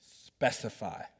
Specify